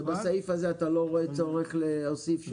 ובסעיף הזה אתה לא רואה צורך להוסיף שום דבר?